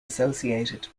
associated